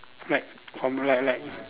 like from like like